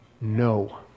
No